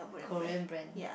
Korean brand